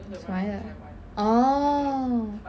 什么来的 oh